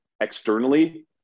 externally